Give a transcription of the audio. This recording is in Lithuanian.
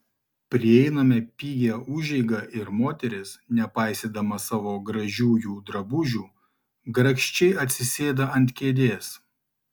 prieiname pigią užeigą ir moteris nepaisydama savo gražiųjų drabužių grakščiai atsisėda ant kėdės